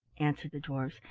answered the dwarfs,